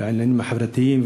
בעניינים החברתיים,